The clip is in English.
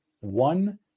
one